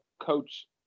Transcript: coach